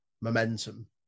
momentum